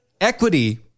equity